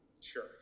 Sure